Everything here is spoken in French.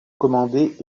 commandés